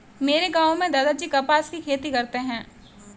मेरे गांव में दादाजी कपास की खेती करते हैं